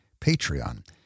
Patreon